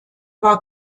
war